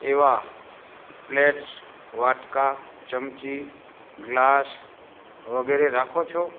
એવાં પ્લેટ્સ વાટકા ચમચી ગ્લાસ વગેરે રાખો છો